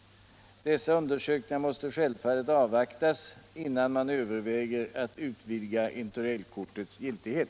Dessa undersökningar måste självfallet avvaktas innan man överväger att utvidga interrailkortets giltighet.